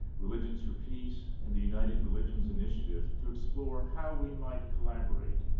religions for peace and the united religions initiative to explore how we might collaborate.